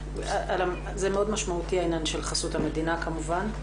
זה מאוד משמעותי העניין של חסות המדינה כמובן,